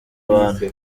abantu